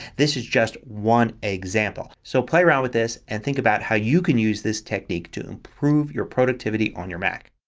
this is just one example. so play around with this and think about how you can use this technique to improve your productivity on your mac.